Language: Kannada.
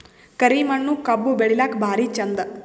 ಕರಿ ಮಣ್ಣು ಕಬ್ಬು ಬೆಳಿಲ್ಲಾಕ ಭಾರಿ ಚಂದ?